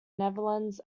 netherlands